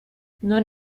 non